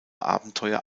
abenteuer